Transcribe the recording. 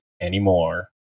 anymore